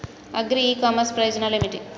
Agri e commerce ప్రయోజనాలు ఏమిటి?